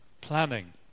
planning